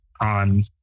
on